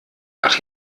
ach